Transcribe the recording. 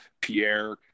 Pierre